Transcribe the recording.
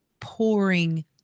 pouring